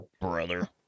Brother